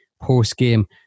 post-game